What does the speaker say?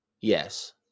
Yes